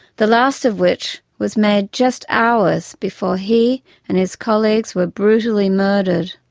the last of which was made just hours before he and his colleagues were brutally murdered.